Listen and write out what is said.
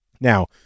Now